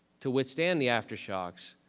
to withstand the aftershocks,